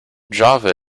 java